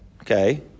okay